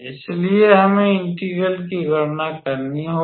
इसलिए हमें इंटेग्रल की गणना करनी होगी